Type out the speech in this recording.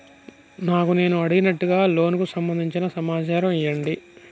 నాకు నేను అడిగినట్టుగా లోనుకు సంబందించిన సమాచారం ఇయ్యండి?